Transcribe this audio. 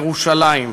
ירושלים.